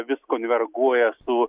vis konverguoja su